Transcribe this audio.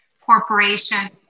corporation